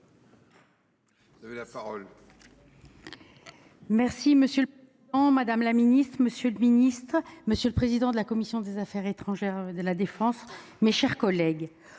Thierry. Monsieur le président, madame la ministre, monsieur le ministre, monsieur le président de la commission des affaires étrangères et de la défense. Mes chers collègues.